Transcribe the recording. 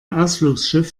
ausflugsschiff